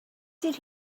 did